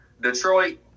Detroit